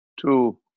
two